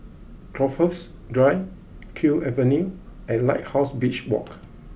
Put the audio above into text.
Crowhurst Drive Kew Avenue and Lighthouse Beach Walk